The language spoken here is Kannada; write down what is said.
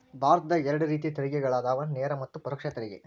ಭಾರತದಾಗ ಎರಡ ರೇತಿ ತೆರಿಗೆಗಳದಾವ ನೇರ ಮತ್ತ ಪರೋಕ್ಷ ತೆರಿಗೆ